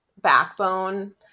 backbone